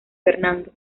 fernando